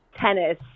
Tennis